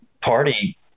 party